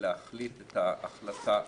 להחליט את ההחלטה הזאת,